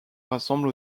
rassemble